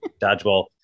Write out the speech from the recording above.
dodgeball